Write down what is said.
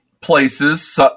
places